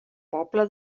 poble